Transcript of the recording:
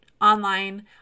online